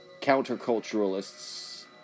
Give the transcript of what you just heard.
counterculturalists